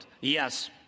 Yes